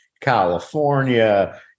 California